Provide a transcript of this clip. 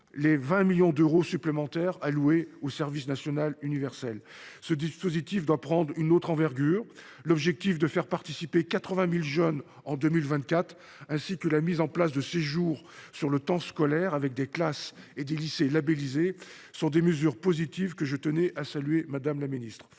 les 20 millions d’euros supplémentaires alloués au service national universel. Ce dispositif doit prendre une autre envergure. L’objectif de faire participer 80 000 jeunes en 2024, ainsi que la mise en place de séjours sur le temps scolaire, avec des classes et des lycées labellisés, sont des initiatives positives, que je tenais à saluer, madame la secrétaire